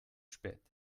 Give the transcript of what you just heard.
spät